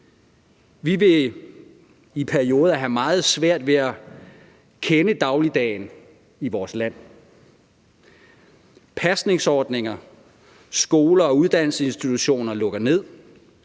Vi vil i perioder have meget svært ved at kende dagligdagen i vores land. Pasningsordninger, skoler og uddannelsesinstitutioner lukker ned.